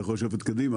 אתה יכול לשבת מקדימה.